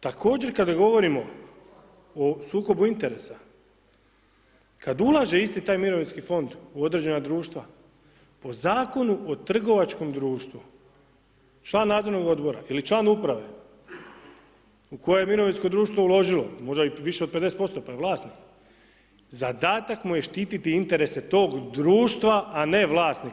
Također kada govorimo o sukobu interesa, kada ulaže taj isti mirovinski fond u određena društva, o Zakonu o trgovačkom društvu, član nadzornog odbora ili član uprave u koje je mirovinsko društvo uložilo, možda i više od 50% pa je vlasnik, zadatak mu je štiti interese tog društva, a ne vlasnika.